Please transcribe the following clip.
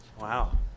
Wow